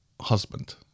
husband